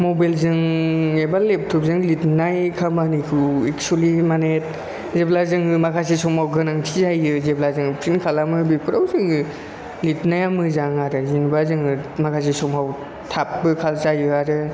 मबेइलजों एबा लेपटपजों लिरनाय खामानिखौ एकसुलि माने जेब्ला जोङो माखासे समाव गोनांथि जायो जेब्ला जोङो प्रिन्ट खालामो बेफोराव जोङो लिरनाया मोजां आरो जेन'बा जोङो माखासे समाव थाबबो जायो आरो